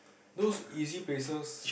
those easy places